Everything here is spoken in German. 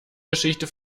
geschichte